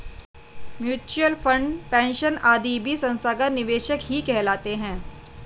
mutual fund, pension आदि भी संस्थागत निवेशक ही कहलाते हैं